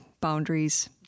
boundaries